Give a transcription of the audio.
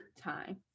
time